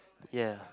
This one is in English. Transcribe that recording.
ya